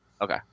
Okay